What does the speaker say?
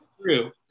true